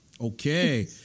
Okay